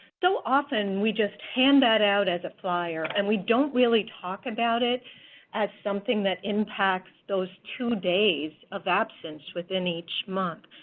so often, we just hand that out as a flyer, and we don't really talk about it as something that impacts those two days of absence within each month.